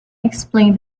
explained